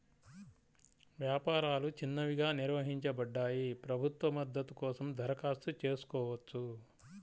వ్యాపారాలు చిన్నవిగా నిర్వచించబడ్డాయి, ప్రభుత్వ మద్దతు కోసం దరఖాస్తు చేసుకోవచ్చు